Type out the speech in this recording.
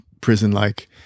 prison-like